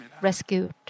rescued